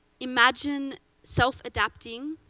imagine self-adapting,